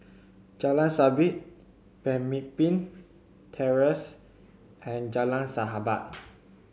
Jalan Sabit Pemimpin Terrace and Jalan Sahabat